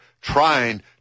trying